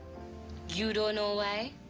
you don't know why?